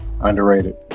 Underrated